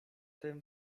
tym